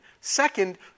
Second